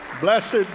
Blessed